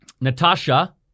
Natasha